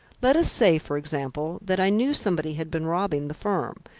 let us say, for example, that i knew somebody had been robbing the firm,